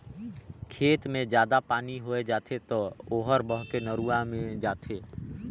खेत मे जादा पानी होय जाथे त ओहर बहके नरूवा मे जाथे